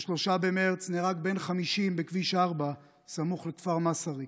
ב-3 במרץ נהרג בן 50 בכביש 4 סמוך לכפר מסריק,